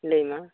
ᱞᱟᱹᱭᱟᱢᱟ